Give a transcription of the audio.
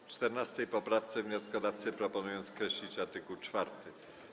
W 14. poprawce wnioskodawcy proponują skreślić art. 4.